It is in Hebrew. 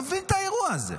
אני לא מבין את האירוע הזה.